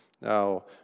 Now